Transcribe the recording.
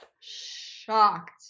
shocked